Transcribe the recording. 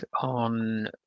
on